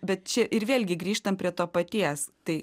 bet čia ir vėlgi grįžtam prie to paties tai